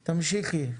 תמשיכי.